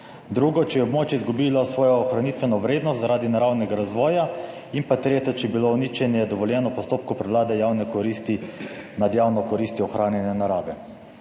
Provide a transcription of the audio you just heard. drugo, če je območje izgubilo svojo ohranitveno vrednost zaradi naravnega razvoja in pa tretje, če je bilo uničenje dovoljeno v postopku prevlade javne koristi nad javno koristjo ohranjanja narave.